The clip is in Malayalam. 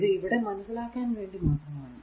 ഇത് ഇവിടെ മനസ്സിലാക്കാൻ വേണ്ടി മാത്രം ആണ്